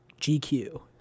GQ